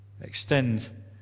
Extend